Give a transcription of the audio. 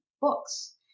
books